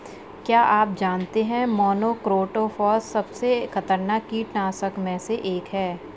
क्या आप जानते है मोनोक्रोटोफॉस सबसे खतरनाक कीटनाशक में से एक है?